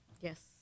Yes